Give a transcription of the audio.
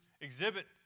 exhibit